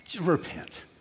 Repent